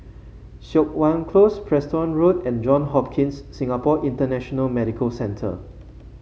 Siok Wan Close Preston Road and John Hopkins Singapore International Medical Centre